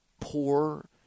poor